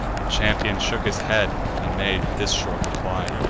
the champion shook his head, and made this short reply